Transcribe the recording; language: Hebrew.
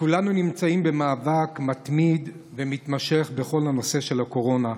כולנו נמצאים במאבק מתמיד ומתמשך בכל הנושא של הקורונה,